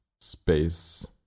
space